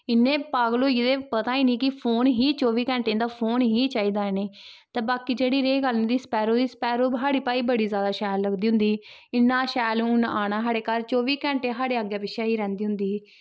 इन्ने पागल होई गेदे पता ही निं कि फोन ही चौबी घैंटे इं'दा फोन ही चाहिदा इ'नेंई ते बाकी जेह्ड़ी रेही गल्ल इं'दी स्पैरो दी स्पैरो साढ़ी भाई बड़ी जैदा शैल लगदी होंदी ही इ'न्ना शैल उन आना साढ़े घर चौबी घैंटे साढ़े अग्गै पिच्छै ही रैंह्दी होंदी ही